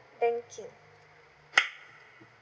banking